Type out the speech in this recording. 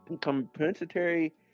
Compensatory